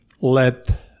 let